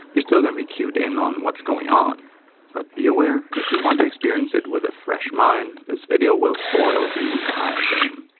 you're still gonna be cued in on what's going on but be aware, if you want to experience it with a fresh mind, this video will spoil the entire game.